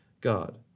God